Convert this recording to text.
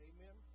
Amen